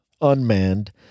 unmanned